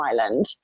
island